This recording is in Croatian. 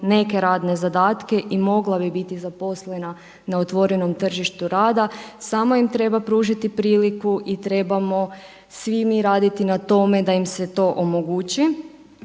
neke radne zadatke i mogla bi biti zaposlena na otvorenom tržištu rada, samo im treba pružiti priliku i trebamo svi mi raditi na tome da im se to omogući.